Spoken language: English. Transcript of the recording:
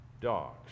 dogs